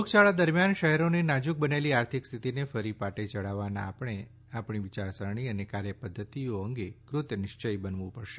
રોગયાળા દરમિયાન શહેરોની નાજુક બનેલી આર્થિક સ્થિતિને ફરી પાટે યઢાવવાના આપણે આપણી વિયાર સરણી અને કાર્ય પધ્ધતિઓ અંગે કૃત નિશ્વયી બનવું પડશે